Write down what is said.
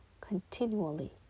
continually